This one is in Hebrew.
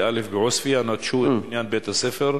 א' בעוספיא נטשו את בניין בית-הספר,